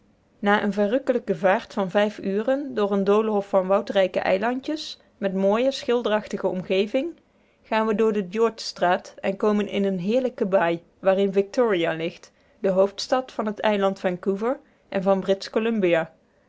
na een verrukkelijke vaart van vijf uren door een doolhof van woudrijke eilandjes met mooie schilderachtige omgeving gaan we door de george straat en komen in een heerlijke baai waarin victoria ligt de hoofdstad van het eiland vancouver en van britsch columbia